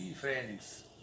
friends